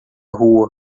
rua